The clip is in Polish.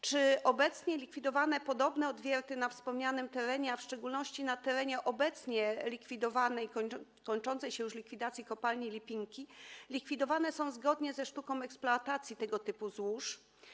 Czy obecnie podobne odwierty na wspomnianym terenie, a w szczególności na terenie obecnie podlegającej kończącej się już likwidacji kopalni Lipinki, likwidowane są zgodnie ze sztuką eksploatacji tego typu złóż?